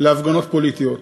להפגנות פוליטיות.